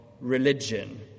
religion